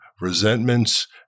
resentments